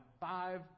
five